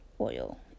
Oil